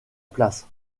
place